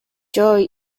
joel